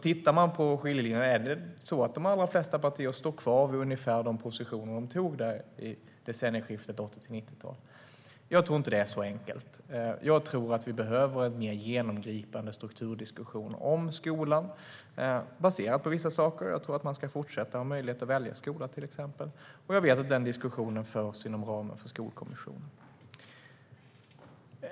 Tittar man på skiljelinjerna ser man att de allra flesta partier står kvar på ungefär de positioner de hade vid decennieskiftet från 80-tal till 90-tal. Jag tror inte att det är så enkelt. Jag tror att vi behöver en mer genomgripande strukturdiskussion om skolan, baserat på vissa saker. Jag tror att man ska fortsätta att ha möjlighet att välja skola, till exempel. Jag vet att den diskussionen förs inom ramen för Skolkommissionen.